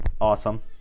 awesome